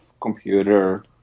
computer